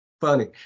Funny